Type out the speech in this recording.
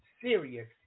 serious